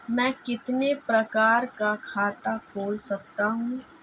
मैं कितने प्रकार का खाता खोल सकता हूँ?